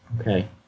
Okay